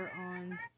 on